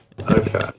Okay